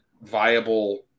viable